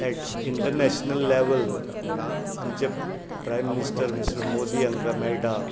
eight international level आमचे prime minister Modi हांका मेळटा